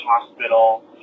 hospital